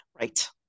right